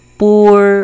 poor